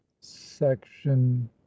Section